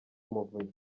umuvunyi